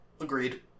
Agreed